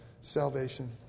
salvation